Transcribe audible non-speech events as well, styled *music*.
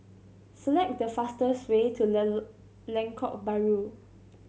select the fastest way to *unintelligible* Lengkok Bahru